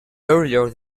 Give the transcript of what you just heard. earlier